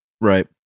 right